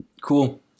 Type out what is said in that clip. cool